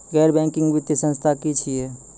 गैर बैंकिंग वित्तीय संस्था की छियै?